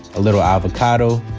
a little avocado,